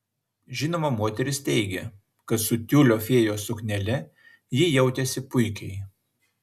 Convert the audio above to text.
žinoma moteris teigė kad su tiulio fėjos suknele ji jautėsi puikiai